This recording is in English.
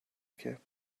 kept